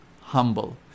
humble